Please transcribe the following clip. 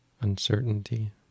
uncertainty